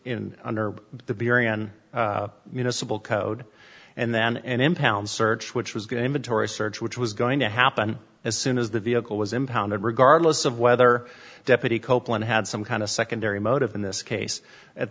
in under the beery and municipal code and then an impound search which was going to majority search which was going to happen as soon as the vehicle was impounded regardless of whether deputy copeland had some kind of secondary motive in this case at